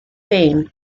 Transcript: vein